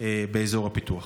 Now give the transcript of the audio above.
באזור הפיתוח?